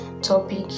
topic